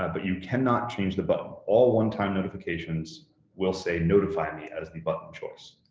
ah but you cannot change the button. all one-time notifications will say notify me as the button choice.